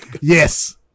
Yes